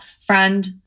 friend